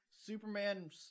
Superman